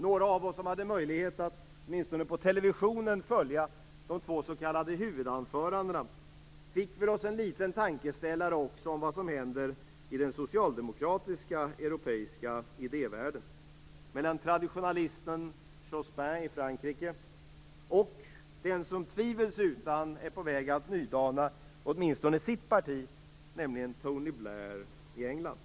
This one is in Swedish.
Några av oss som hade möjlighet att åtminstone på TV följa de två s.k. huvudanförandena fick oss en liten tankeställare om vad som händer i den socialdemokratiska europeiska idévärlden, mellan traditionalisten Jospin i Frankrike och den som tvivelsutan är på väg att nydana åtminstone sitt parti, nämligen Tony Blair i England.